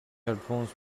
headphones